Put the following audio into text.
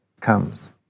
comes